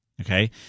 okay